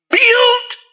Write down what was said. built